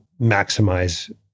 maximize